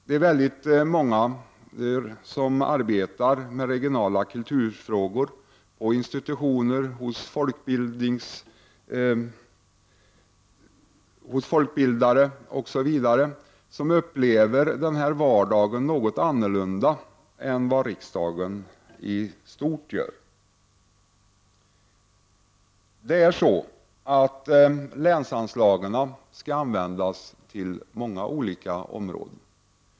Det är väldigt många som arbetar med regionala kulturfrågor på institutioner, som folkbildare osv. som upplever vardagen något annorlunda än vad vi gör i riksdagen i stort. Länsanslaget skulle kunna användas på många olika områden.